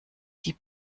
die